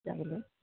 যাবলৈ